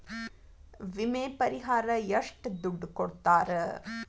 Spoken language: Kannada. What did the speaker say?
ವಿಮೆ ಪರಿಹಾರ ಎಷ್ಟ ದುಡ್ಡ ಕೊಡ್ತಾರ?